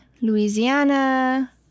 Louisiana